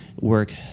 work